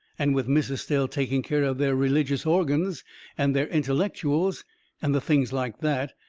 and with miss estelle taking care of their religious organs and their intellectuals and the things like that,